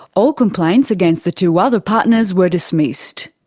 all complaints against the two other partners were dismissed.